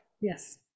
Yes